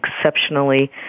exceptionally